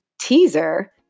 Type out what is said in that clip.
teaser